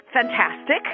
fantastic